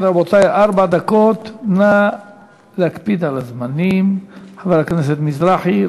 מסיעת העבודה יעלה חבר הכנסת משה מזרחי,